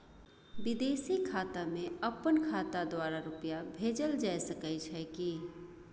विदेशी खाता में अपन खाता द्वारा रुपिया भेजल जे सके छै की?